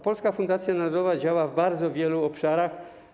Polska Fundacja Narodowa działa w bardzo wielu obszarach.